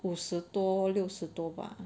五十多六十多吧